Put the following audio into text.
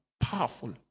powerful